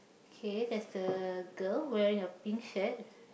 okay that's the girl wearing a pink shirt